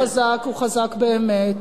לא מי שצועק צודק ולא מי שמדבר חזק הוא חזק באמת,